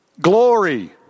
glory